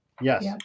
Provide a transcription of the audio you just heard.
Yes